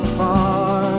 far